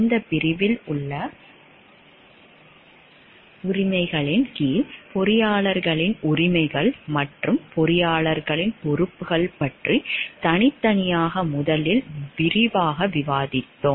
இந்த பிரிவில் உள்ள உரிமைகளின் கீழ் பொறியாளர்களின் உரிமைகள் மற்றும் பொறியாளர்களின் பொறுப்புகள் பற்றி தனித்தனியாக முதலில் விரிவாக விவாதிப்போம்